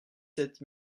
sept